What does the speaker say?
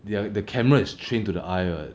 their the cameras is trained to the eye [what]